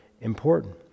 important